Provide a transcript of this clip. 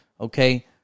okay